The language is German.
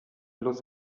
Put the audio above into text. los